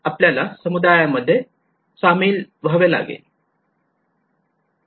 आपल्याला समुदायामध्ये सामील व्हावे लागेल